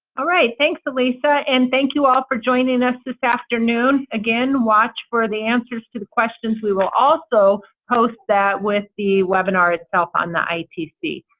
thanks, alisa. and thank you all for joining us this afternoon. again, watch for the answers to the questions. we will also post that with the webinar itself on the itc.